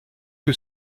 que